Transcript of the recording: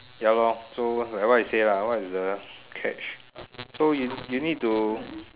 ya lor so like what you say lah what's the catch so you need to